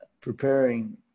preparing